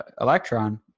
electron